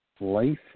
Life